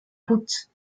route